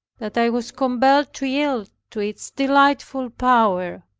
that i was compelled to yield to its delightful power,